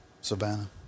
Savannah